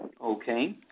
okay